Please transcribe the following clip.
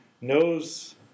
knows